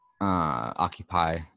occupy